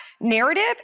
narrative